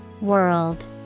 World